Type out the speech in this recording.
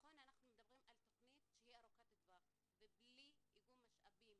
נכון שאנחנו מדברים על תכנית ארוכת טווח ובלי איגום משאבים